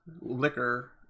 liquor